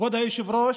כבוד היושב-ראש,